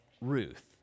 Ruth